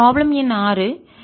fx